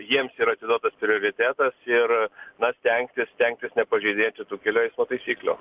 jiems yra atiduotas prioritetas ir na stengtis stengtis nepažeidinėti tų kelių eismo taisyklių